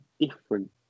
different